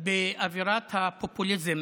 באווירת הפופוליזם